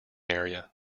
area